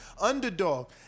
underdog